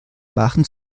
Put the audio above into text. machen